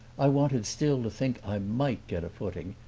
i wanted still to think i might get a footing,